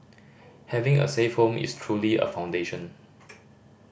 having a safe home is truly a foundation